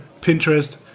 pinterest